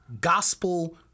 gospel